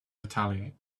retaliate